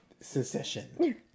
secession